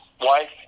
wife